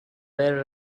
were